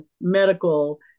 medical